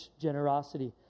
generosity